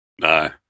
No